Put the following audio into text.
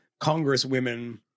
congresswomen